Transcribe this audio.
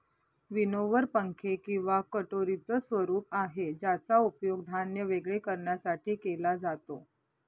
winnower पंखे किंवा कटोरीच स्वरूप आहे ज्याचा उपयोग धान्य वेगळे करण्यासाठी केला जातो